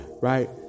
Right